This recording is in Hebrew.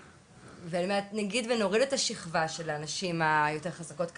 אני אומרת נגיד ונוריד את השכבה של הנשים היותר חזקות כלכלית,